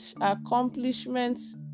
accomplishments